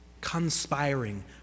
Conspiring